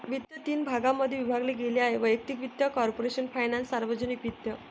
वित्त तीन भागांमध्ये विभागले गेले आहेः वैयक्तिक वित्त, कॉर्पोरेशन फायनान्स, सार्वजनिक वित्त